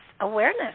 awareness